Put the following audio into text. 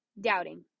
doubting